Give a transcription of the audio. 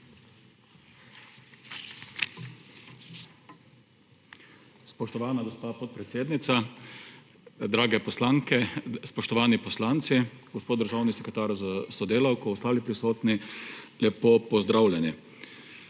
Spoštovana gospa podpredsednica, drage poslanke, spoštovani poslanci, gospod državni sekretar s sodelavko, ostali prisotni lepo pozdravljeni!